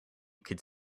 could